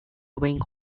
wing